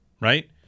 Right